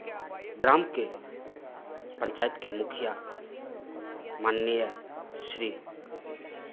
ग्राम के पंचायत के मुखिया माननीय श्री